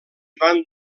van